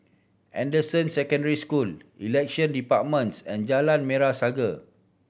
Anderson Secondary School Election Departments and Jalan Merah Saga